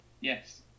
Yes